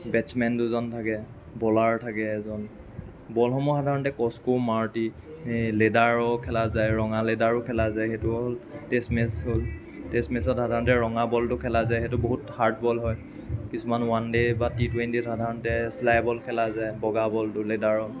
batsmen দুজন থাকে bowler থাকে এজন বলসমূহ সাধাৰণতে কস্কো মাৰুটি লেডাৰৰ খেলা যায় ৰঙা লেডাৰৰ খেলা যায় সেইটো হ'ল টেষ্ট মেটচ্ছ হ'ল টেষ্ট মেটচ্ছত সাধাৰণতে ৰঙা বলটো খেলা যায় সেইটো বহুত হাৰ্ড বল হয় কিছুমান ওৱান ডে' টি টুৱেণ্টিত সাধাৰণতে স্লাই বল খেলা যায় বগা বলটো লেডাৰৰ